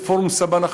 לפורום סבן החשוב,